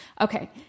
Okay